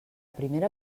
primera